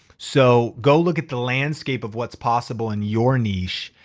so go look at the landscape of what's possible in your niche.